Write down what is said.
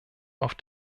auf